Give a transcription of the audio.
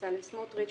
בצלאל סמוטריץ',